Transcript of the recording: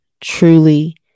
truly